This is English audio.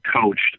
coached